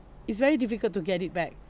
it's very difficult to get it back